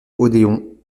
odéon